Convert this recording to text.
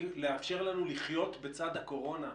לאפשר לנו לחיות בצד הקורונה,